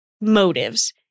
motives